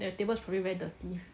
the table is probably very dirty